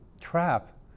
trap